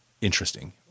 interesting